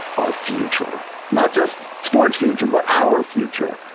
our future, not just sports future, but our future.